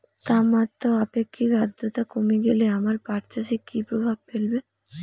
তাপমাত্রা ও আপেক্ষিক আদ্রর্তা কমে গেলে আমার পাট চাষে কী প্রভাব ফেলবে?